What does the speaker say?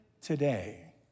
today